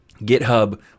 GitHub